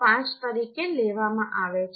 5 તરીકે લેવામાં આવે છે